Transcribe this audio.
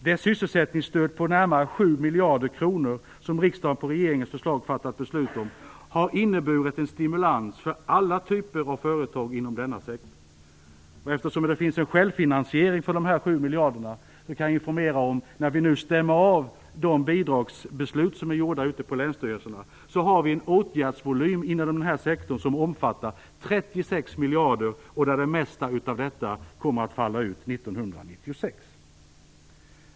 Det sysselsättningsstöd på närmare sju miljarder kronor som riksdagen, på regeringens förslag, fattat beslut om, har inneburit en stimulans för alla typer av företag inom denna sektor. Eftersom det finns en självfinansiering för dessa sju miljarder kronor, så kan jag informera om att vi, när vi nu stämmer av de bidragsbeslut som gjorts ute på länsstyrelserna, har en åtgärdsvolym inom denna sektor som omfattar 36 miljarder kronor. Det mesta av detta kommer att falla ut 1996.